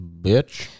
bitch